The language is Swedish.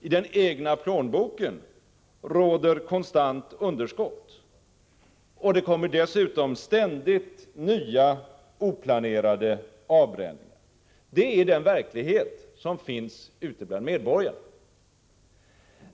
I den egna plånboken råder konstant underskott. Det kommer dessutom ständigt nya oplanerade avbränningar. Det är den verklighet som finns ute bland medborgarna.